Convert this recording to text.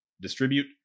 distribute